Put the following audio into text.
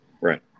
right